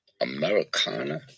Americana